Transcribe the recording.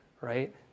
right